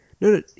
no